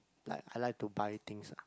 like I like to buy things ah